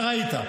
אתה ראית.